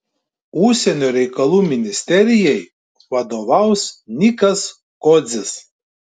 užsienio reikalų ministerijai vadovaus nikas kodzis